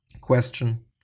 question